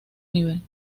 nivel